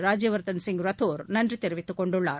ராஜ்யவர்த்தன் சிங் ரத்தோர் நன்றி தெரிவித்துக் கொண்டுள்ளார்